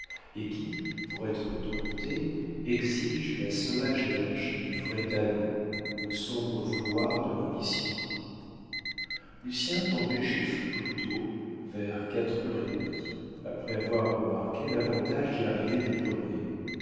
et qui pour être domptés exigent la sauvage énergie du vrai talent ou le sombre vouloir de l'ambition lucien tombait chez flicoteaux vers quatre heures et demie après avoir remarqué l'avantage d'y arriver des premiers